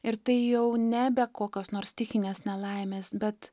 ir tai jau nebe kokios nors stichinės nelaimės bet